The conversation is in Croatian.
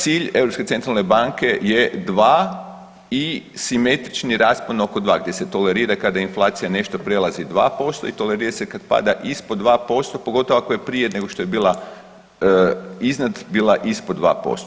Cilj Europske centralne banke je 2 i simetrični raspon oko 2 gdje se tolerira kada inflacija nešto prelazi 2% i tolerira se kad pada ispod 2% pogotovo ako je prije nego što je bila iznad bila ispod 2%